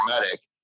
medic